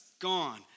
gone